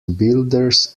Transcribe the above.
builders